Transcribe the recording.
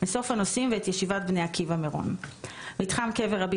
מסוף הנוסעים ואת ישיבת בני עקיבא "מירון"; "מתחם קבר רבי